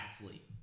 sleep